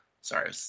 Sorry